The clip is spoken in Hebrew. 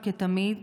כתמיד.